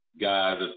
guys